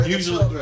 Usually